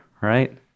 right